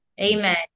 amen